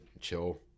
chill